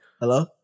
Hello